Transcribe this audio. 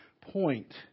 point